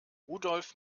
rudolf